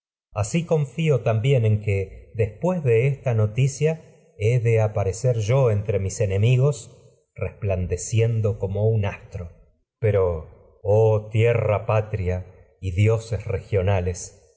así de confío también en que después de esta noticia he aparecer yo un entre mis enemigos resplandeciendo oh como astro pero tierra para patria que y dioses